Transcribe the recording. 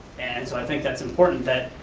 and so i think that's important that,